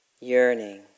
yearning